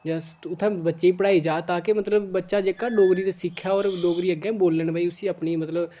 जां उत्थै बच्चें गी पढ़ाई जा तां कि मतलब बच्चा जेह्का डोगरी ते सिक्खे ते होर डोगरी अग्गें बोलन बी उसी अपनी मतलब